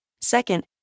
Second